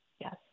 Yes